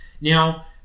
Now